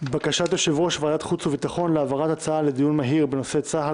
בקשת יושב-ראש ועדת החוץ והביטחון להעברת הצעה לדיון מהיר בנושא "צה"ל